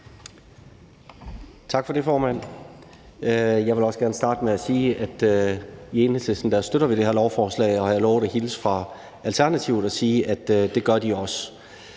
Tak for det, formand. Jeg vil også gerne starte med at sige, at i Enhedslisten støtter vi det her lovforslag, og jeg har lovet at hilse fra Alternativet og sige, at det gør de også.